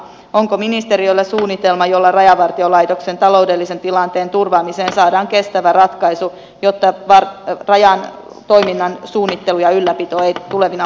onko ministeriöllä suunnitelma jolla rajavartiolaitoksen taloudellisen tilanteen turvaamiseen saadaan kestävä ratkaisu jotta rajan toiminnan suunnittelu ja ylläpito ei tulevina vuosina kärsi